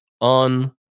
on